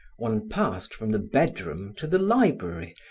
one passed from the bedroom to the library,